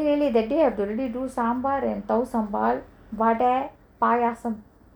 really that day have to already do saambar and thawsambaal vada paayasam